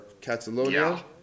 Catalonia